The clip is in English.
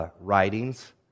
writings